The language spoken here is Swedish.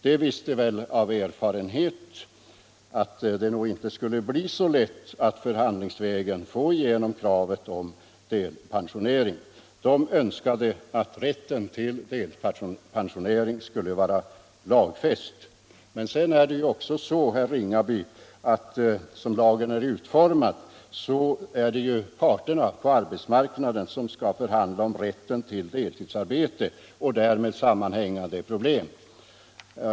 De visste väl av erfarenhet att det nog inte skulle bli så lätt att förhandlingsvägen få igenom kravet på delpensionering. De önskade att rätten till delpensionering skulle vara lagfäst. Men sedan är det ju också så, herr Ringaby, att som lagen är utformad är det parterna på arbetsmarknaden som skall förhandla om rätten till deltidsarbete och därmed sammanhängande problem.